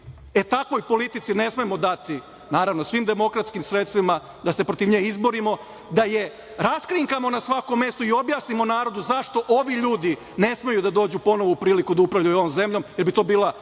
i takvoj politici ne smemo dati, naravno, svim demokratskim sredstvima, da se protiv nje izborimo, da je raskrinkamo na svakom mestu i objasnimo narodu zašto ovi ljudi ne smeju da dođu ponovo u priliku da upravljaju ovom zemljom, jer bi to bila